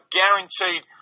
guaranteed